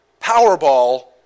Powerball